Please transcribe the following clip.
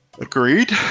Agreed